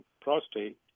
prostate